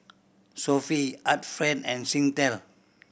Sofy Art Friend and Singtel